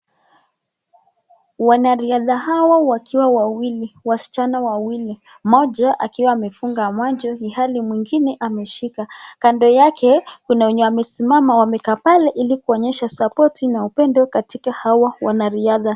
Wanariadha hawa wakiwa wasichana wawili, mmoja akiwa amefunga macho, ilhali mwingine ameshika. Kando yake kuna wenye wamesimama, wamekaa pale ili kuonyesha support na upendo katika hawa wanariadha.